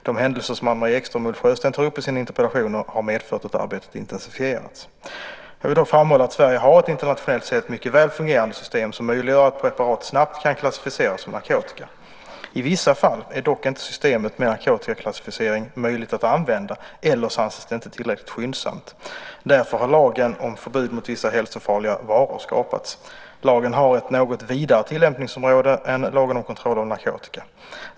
De händelser som Anne-Marie Ekström och Ulf Sjösten tar upp i sina interpellationer har medfört att arbetet intensifierats. Jag vill dock framhålla att Sverige har ett internationellt sett mycket väl fungerande system som möjliggör att preparat snabbt kan klassificeras som narkotika. I vissa fall är dock inte systemet med narkotikaklassificering möjligt att använda eller så anses det inte tillräckligt skyndsamt. Därför har lagen om förbud mot vissa hälsofarliga varor skapats. Lagen har ett något vidare tillämpningsområde än lagen om kontroll av narkotika.